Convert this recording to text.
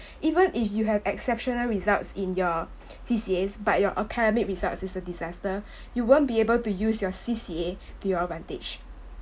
even if you have exceptional results in your C_C_As but your academic results is a disaster you won't be able to use your C_C_A to your advantage